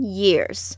years，